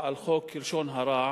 על חוק לשון הרע.